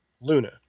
Luna